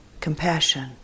compassion